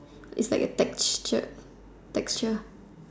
is like a texture texture